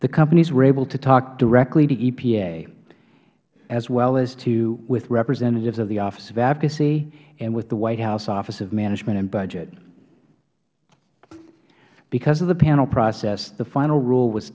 the companies were able to talk directly to epa as well as with representatives of the office of advocacy and with the white house office of management and budget because of the panel process the final rule was